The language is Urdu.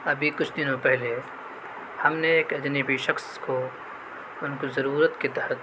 ابھی کچھ دنوں پہلے ہم نے ایک اجنبی شخص کو ان کو ضرورت کے تحت